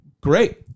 Great